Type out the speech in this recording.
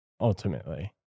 ultimately